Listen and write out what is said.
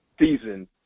season